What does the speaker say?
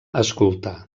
escoltar